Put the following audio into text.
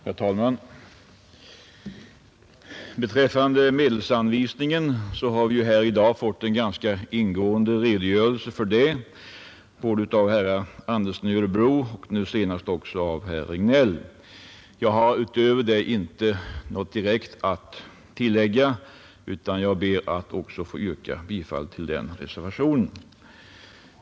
Herr talman! Beträffande medelsanvisningen har vi ju här i dag fått en ganska ingående redogörelse av herr Andersson i Örebro och nu senast även av herr Regnéll. Jag har utöver det inte något att tillägga, utan jag ber att också få yrka bifall till reservationen 1.